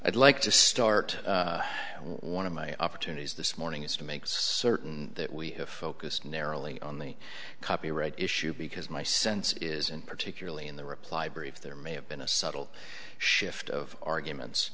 i'd like to start one of my opportunities this morning is to make certain that we have focused narrowly on the copyright issue because my sense is and particularly in the reply brief there may have been a subtle shift of arguments